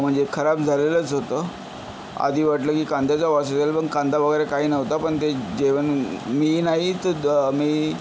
म्हणजे खराब झालेलंच होतं आधी वाटलं की कांद्याचा वास असेल पण कांदा वगैरे काही नव्हता पण ते जेवण मी नाही तर द मी